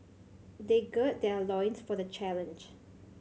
they gird their loins for the challenge